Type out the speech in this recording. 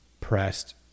pressed